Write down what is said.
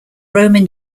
roman